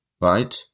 right